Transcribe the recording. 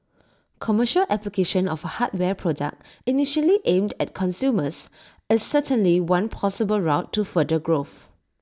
commercial application of A hardware product initially aimed at consumers is certainly one possible route to further growth